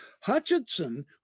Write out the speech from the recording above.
Hutchinson